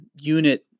unit